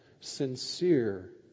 Sincere